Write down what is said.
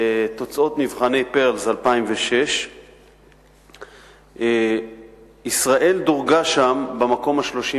תוצאות מבחני "פירלס" 2006. ישראל דורגה שם במקום ה-31.